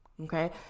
Okay